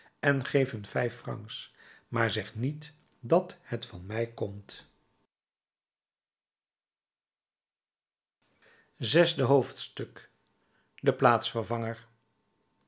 en geef hun vijf francs maar zeg niet dat het van mij komt zesde hoofdstuk de plaatsvervanger